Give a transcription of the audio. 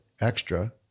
extra